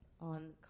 on